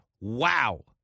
Wow